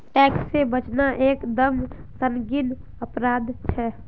tax से बचना एक दम संगीन अपराध छे